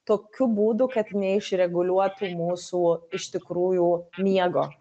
tokiu būdu kad neišreguliuotų mūsų iš tikrųjų miego